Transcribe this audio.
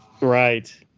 Right